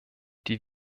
die